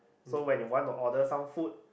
so when you want to order some food